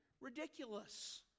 ridiculous